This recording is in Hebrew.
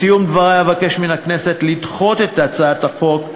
בסיום דברי אבקש מן הכנסת לדחות את הצעת החוק.